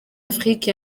afrique